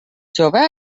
jove